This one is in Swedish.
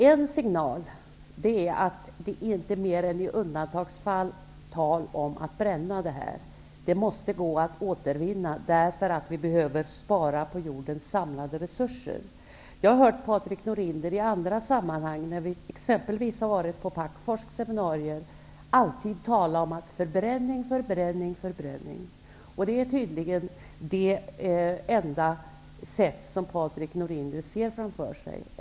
En signal är att det inte mer än i undantagsfall kan bli tal om att bränna den sortens avfall. Det måste gå att återvinna, därför att vi behöver spara på jordens samlade resurser. Jag har hört hur Patrik Norinder i andra sammanhang, exempelvis när vi har varit på Packforsks seminarier, alltid har talat om förbränning, förbränning, förbränning. Det är tydligen det enda sätt som Patrik Norinder ser framför sig.